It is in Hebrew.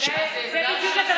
זה בדיוק.